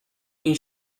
این